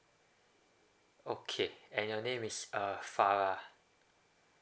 okay and your name is uh farah